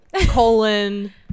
Colon